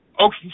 Okay